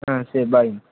ஆ சரி பை